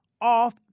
off